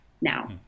now